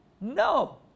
No